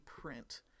print